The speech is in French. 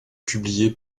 publiés